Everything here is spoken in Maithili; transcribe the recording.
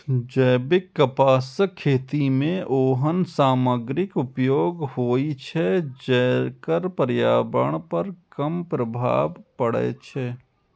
जैविक कपासक खेती मे ओहन सामग्रीक उपयोग होइ छै, जेकर पर्यावरण पर कम प्रभाव पड़ै छै